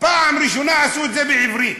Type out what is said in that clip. פעם ראשונה עשו את זה בעברית,